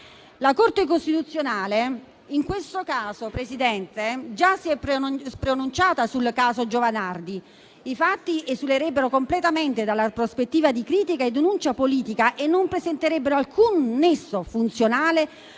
La Corte costituzionale, Presidente, si è già pronunciata sul caso Giovanardi: i fatti esulerebbero completamente dalla prospettiva di critica e denuncia politica e non presenterebbero alcun nesso funzionale